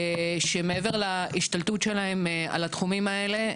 שמעבר להשתלטות שלהם על התחומים האלה,